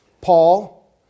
Paul